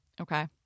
Okay